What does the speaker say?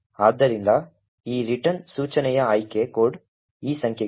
ಆದ್ದರಿಂದ ಈ ರಿಟರ್ನ್ ಸೂಚನೆಯ ಆಯ್ಕೆ ಕೋಡ್ ಈ ಸಂಖ್ಯೆಗಳು 0x0XC3